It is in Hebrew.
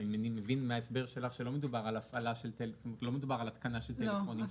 אני מבין מההסבר שלך שלא מדובר על התקנה של טלפונים חדשים.